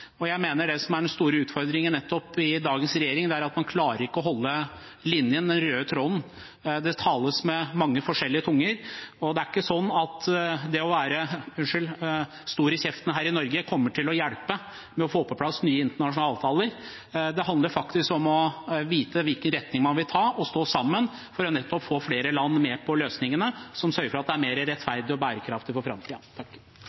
og jeg mener at den store utfordringen nettopp i dagens regjering er at de ikke klarer å holde linjen, den røde tråden. Det tales med mange forskjellige tunger, og det er ikke sånn at det å være – unnskyld – stor i kjeften her i Norge kommer til å hjelpe med å få på plass nye internasjonale avtaler. Det handler faktisk om å vite hvilken retning man vil ta, og stå sammen, nettopp for å få flere land med på løsningene som sørger for at det er